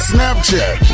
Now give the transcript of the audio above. Snapchat